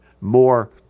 more